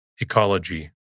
Ecology